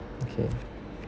okay